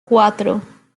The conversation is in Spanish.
cuatro